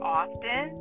often